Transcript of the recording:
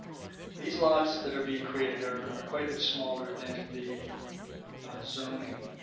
these lots that are being created are are quite a bit smaller than the zoning